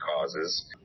causes